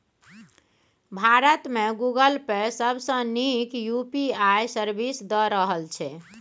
भारत मे Google Pay सबसँ नीक यु.पी.आइ सर्विस दए रहल छै